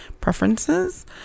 preferences